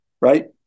right